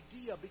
idea